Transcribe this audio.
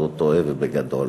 אז הוא טועה ובגדול.